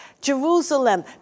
Jerusalem